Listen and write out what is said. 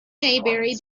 maybury